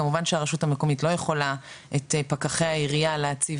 כמובן שהרשות המקומית לא יכולה את פקחי העיריה להציב